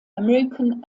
american